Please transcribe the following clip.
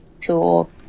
tool